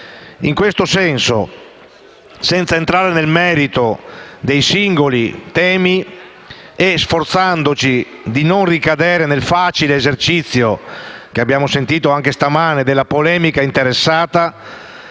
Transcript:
In tale ottica, senza entrare nel merito dei singoli temi e sforzandoci di non ricadere nel facile esercizio - che abbiamo sentito anche stamane - della polemica interessata,